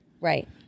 Right